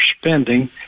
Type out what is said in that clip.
spending